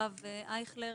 הרב אייכלר,